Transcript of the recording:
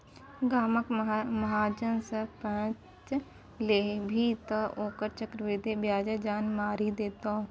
गामक महाजन सँ पैंच लेभी तँ ओकर चक्रवृद्धि ब्याजे जान मारि देतौ